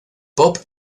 pop